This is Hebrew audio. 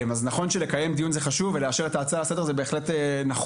אז נכון שלקיים דיון זה חשוב ולאשר את ההצעה לסדר זה בהחלט נחוץ,